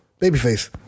Babyface